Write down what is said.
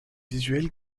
visuels